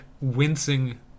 wincing